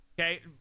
okay